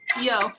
Yo